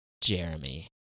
Jeremy